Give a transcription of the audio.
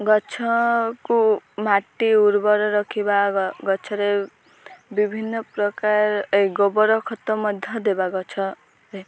ଗଛକୁ ମାଟି ଉର୍ବର ରଖିବା ଗଛରେ ବିଭିନ୍ନ ପ୍ରକାର ଏ ଗୋବର ଖତ ମଧ୍ୟ ଦେବା ଗଛରେ